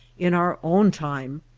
in our own time,